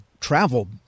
travel